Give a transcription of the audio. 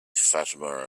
fatima